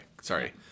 sorry